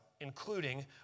including